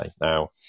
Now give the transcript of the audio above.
Now